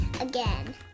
again